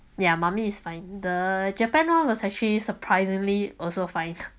ya mummy is fine the japan one was actually surprisingly also fine